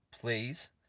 please